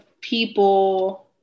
people